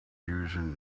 using